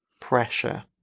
pressure